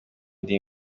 ndi